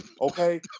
Okay